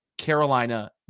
Carolina